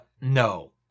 No